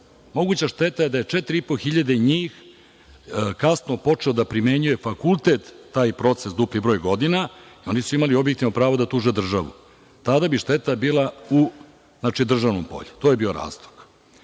Moguća šteta je da je 4.500 njih kasno počelo da primenjuje fakultet, taj proces dupli broj godina i oni su imali objektivno pravo da tuže državu. Tada bi šteta bila u državnoj polju. To je bio razlog.